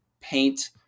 paint